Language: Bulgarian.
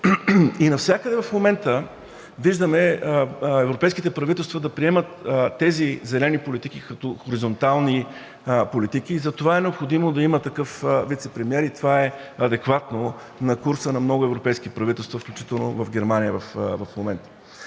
Навсякъде в момента виждаме европейските правителства да приемат тези зелени политики като хоризонтални политики, затова е необходимо да има такъв вицепремиер и това е адекватно на курса на много европейски правителства, включително и в Германия в момента.